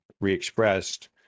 re-expressed